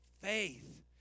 faith